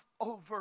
over